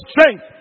strength